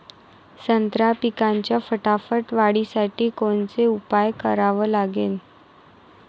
संत्रा पिकाच्या फटाफट वाढीसाठी कोनचे उपाव करा लागन?